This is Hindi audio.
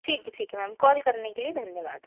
ठेक है ठीक है मैम कॉल करने के लिए धन्येवाद